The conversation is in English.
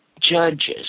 judges